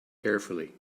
carefully